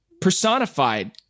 personified